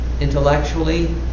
Intellectually